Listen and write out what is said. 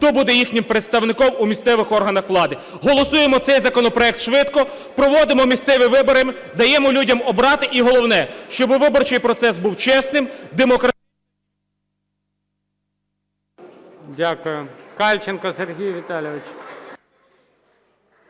хто буде їхнім представником у місцевих органах влади. Голосуємо цей законопроект швидко, проводимо місцеві вибори, даємо людям обрати, і головне, щоб виборчий процес був чесним, демократичним…